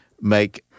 make